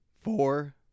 four